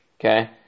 okay